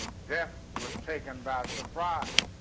death was taken by surprise,